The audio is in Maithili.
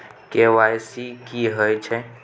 के.वाई.सी की हय छै?